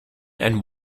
and